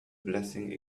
blessing